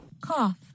cough